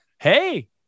hey